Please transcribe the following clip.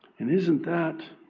and isn't that